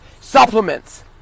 supplements